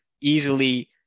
easily